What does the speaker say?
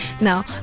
now